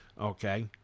okay